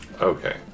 Okay